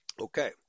Okay